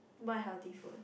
what healthy food